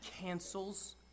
cancels